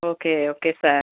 okay okay sir